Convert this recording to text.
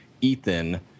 Ethan